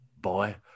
boy